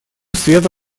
света